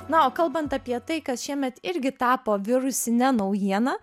na o kalbant apie tai kas šiemet irgi tapo virusine naujiena